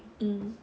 mm